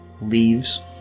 leaves